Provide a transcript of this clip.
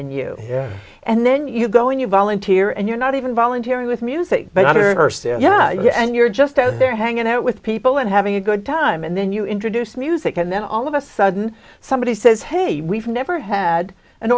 in you and then you go and you volunteer and you're not even voluntary with music but i heard her say oh yeah and you're just out there hanging out with people and having a good time and then you introduce music and then all of a sudden somebody says hey we've never had an